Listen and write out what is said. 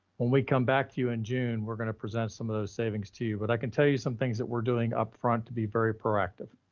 when we come back to you in june, we're gonna present some of those savings to you, but i can tell you some things that we're doing upfront to be very proactive.